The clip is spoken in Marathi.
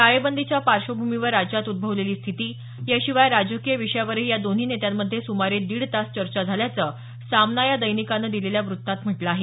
टाळेबंदीच्या पार्श्वभूमीवर राज्यात उद्भवलेली स्थिती याशिवाय राजकीय विषयावरही या दोन्ही नेत्यांमध्ये सुमारे दीड तास चर्चा झाल्याचं सामना या दैनिकांन दिलेल्या वृत्तात म्हटलं आहे